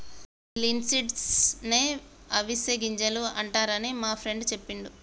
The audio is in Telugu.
ఈ లిన్సీడ్స్ నే అవిసె గింజలు అంటారని మా ఫ్రెండు సెప్పిండు